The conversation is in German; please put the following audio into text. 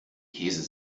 käse